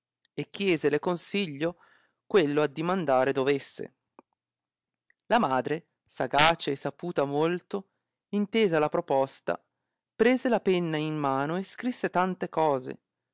e chiesele consiglio quello addimandare dovesse la madre sagace e saputa molto intesa la proposta prese la penna in mano e scrisse tante cose